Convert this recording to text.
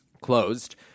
closed